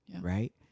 right